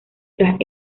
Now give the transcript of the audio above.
tras